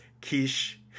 Kish